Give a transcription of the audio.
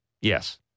Yes